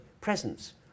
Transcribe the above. presence